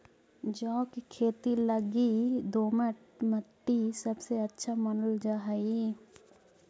जौ के खेती लगी दोमट मट्टी सबसे अच्छा मानल जा हई